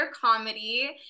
comedy